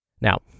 Now